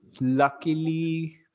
luckily